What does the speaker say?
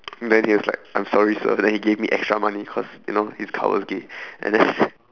then he was like I'm sorry sir then he gave me extra money cause you know his car was gay and then